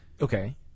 Okay